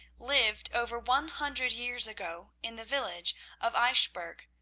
lived over one hundred years ago in the village of eichbourg,